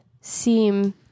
seem